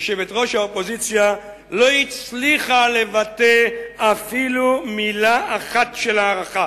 יושבת-ראש האופוזיציה לא הצליחה לבטא אפילו מלה אחת של הערכה